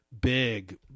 big